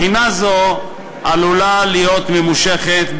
בחינה זו עלולה להיות ממושכת,